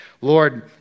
Lord